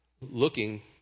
looking